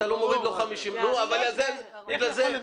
אתה לא מוריד לו 50%. ובאמצע יש מנעד שלם.